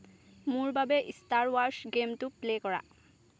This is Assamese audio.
মোৰ বাবে ষ্টাৰ ৱাৰ্ছ গে'মটো প্লে' কৰা